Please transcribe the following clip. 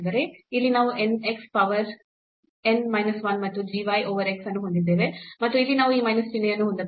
ಇಲ್ಲಿ ನಾವು n x power n minus 1 ಮತ್ತು g y over x ಅನ್ನು ಹೊಂದಿದ್ದೇವೆ ಮತ್ತು ಇಲ್ಲಿ ನಾವು ಈ ಮೈನಸ್ ಚಿಹ್ನೆಯನ್ನು ಹೊಂದಬಹುದು